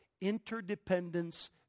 Interdependence